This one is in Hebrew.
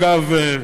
אגב,